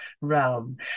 realm